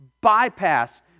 bypass